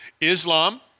Islam